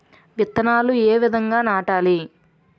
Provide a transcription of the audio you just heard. విత్తనాలు ఏ విధంగా నాటాలి?